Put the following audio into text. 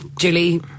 Julie